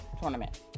tournament